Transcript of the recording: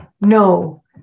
no